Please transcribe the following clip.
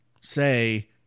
say